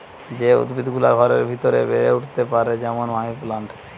যে উদ্ভিদ গুলা ঘরের ভিতরে বেড়ে উঠতে পারে যেমন মানি প্লান্ট